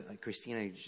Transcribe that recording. Christina